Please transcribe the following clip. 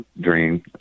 dream